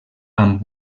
amb